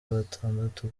batandatu